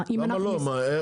אני לא אכנס לזה.